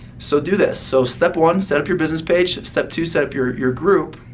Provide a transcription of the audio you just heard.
so do this. so step one, set up your business page. step two, set up your your group.